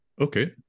Okay